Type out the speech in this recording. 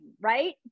right